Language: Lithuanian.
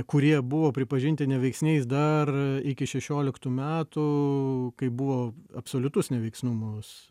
kurie buvo pripažinti neveiksniais dar iki šešioliktų metų kai buvo absoliutus neveiksnumas